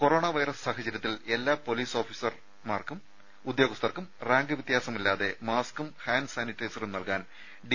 corona virus സാഹചരൃത്തിൽ എല്ലാ police ഉദ്യോ ഗസ്ഥർക്കും റാങ്ക് വൃത്യാസമില്ലാതെ മാസ്കും ഹാൻഡ് സാനിറ്റൈസറും നൽകാൻ ഡി